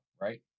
right